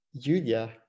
Julia